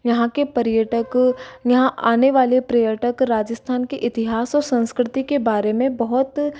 यहाँ के पर्यटक यहाँ आने वाले पर्यटक राजस्थान के इतिहास और संस्कृति के बारे में बहुत